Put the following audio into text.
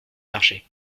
marché